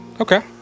Okay